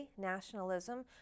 nationalism